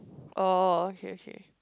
oh oh okay okay